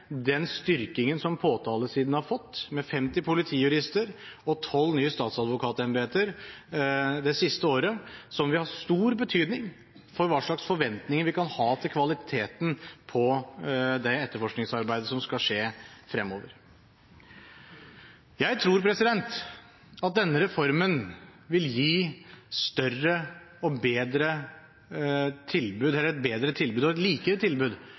den styrkingen som påtalesiden har fått, med 50 politijurister og 12 nye statsadvokatembeter, det siste året, som vil ha stor betydning for hva slags forventninger vi kan ha til kvaliteten på det etterforskningsarbeidet som skal skje fremover. Jeg tror at denne reformen vil gi et bedre tilbud og et likere tilbud